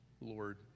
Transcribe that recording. Lord